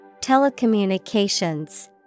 Telecommunications